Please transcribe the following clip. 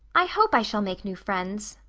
i hope i shall make new friends,